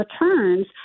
returns